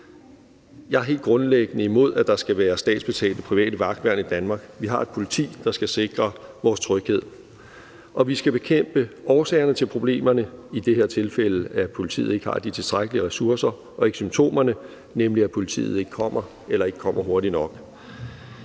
Jeg er helt grundlæggende imod, at der skal være statsbetalte private vagtværn i Danmark. Vi har et politi, der skal sikre vores tryghed. Vi skal bekæmpe årsagerne til problemerne – i det her tilfælde, at politiet ikke har de tilstrækkelige ressourcer – og ikke symptomerne, nemlig at politiet ikke kommer eller ikke kommer hurtigt nok.